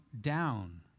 down